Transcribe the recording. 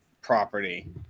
property